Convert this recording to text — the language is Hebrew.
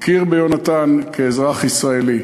הכיר ביונתן כאזרח ישראלי,